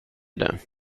det